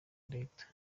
leta